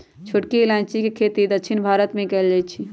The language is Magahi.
छोटकी इलाइजी के खेती दक्षिण भारत मे कएल जाए छै